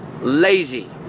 lazy